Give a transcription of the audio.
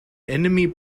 enemy